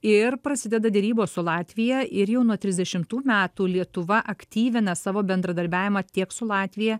ir prasideda derybos su latvija ir jau nuo trisdešimtų metų lietuva aktyvina savo bendradarbiavimą tiek su latvija